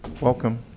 Welcome